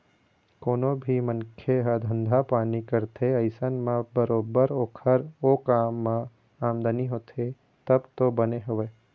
कोनो भी मनखे ह धंधा पानी करथे अइसन म बरोबर ओखर ओ काम म आमदनी होथे तब तो बने हवय